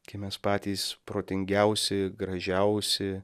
kai mes patys protingiausi gražiausi